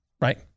Right